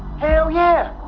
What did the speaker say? hell yeah!